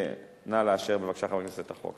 נא לאשר, בבקשה, חברי הכנסת, את החוק.